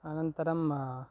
अनन्तरम्